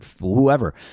whoever